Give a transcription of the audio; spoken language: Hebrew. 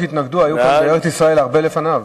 אנשים שהתנגדו היו כאן בארץ-ישראל הרבה לפניו.